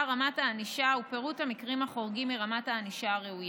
רמת הענישה ופירוט המקרים החורגים מרמת הענישה הראויה.